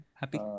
happy